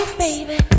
baby